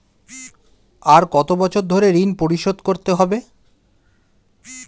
আর কত বছর ধরে ঋণ পরিশোধ করতে হবে?